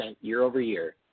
year-over-year